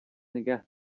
نگه